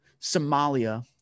somalia